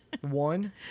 one